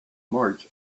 march